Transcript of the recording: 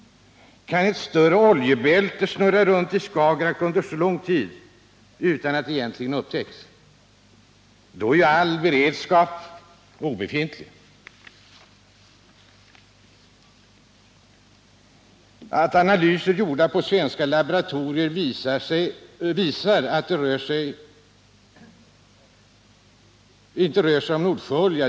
Kan ett större oljebälte snurra runt i Skagerack under så lång tid utan att egentligen upptäckas? I så fall är ju all beredskap obefintlig. Analyser, gjorda på svenska laboratorier, visar att det inte rör sig om Nordsjöolja.